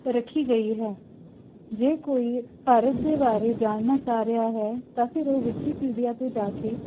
ਰੱਖੀ ਗਈ ਹੈ ਜੇ ਕੋਈ ਭਾਰਤ ਦੇ ਬਾਰੇ ਜਾਣਨਾ ਚਾਹ ਰਿਹਾ ਹੈ ਤਾਂ ਫਿਰ ਉਹ ਵਿਕੀਪੀਡੀਆ 'ਤੇ ਜਾ ਕੇ